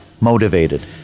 motivated